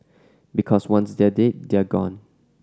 because once they're dead they're gone